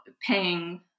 paying